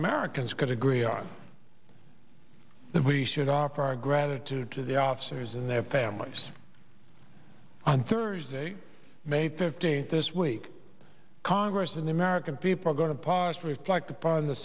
americans could agree on that we should offer our gratitude to the officers and their families on thursday may fifteenth this week congress and the american people are going to pause to reflect upon the